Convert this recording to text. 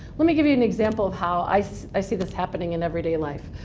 let me give you an example of how i see i see this happening in everyday life.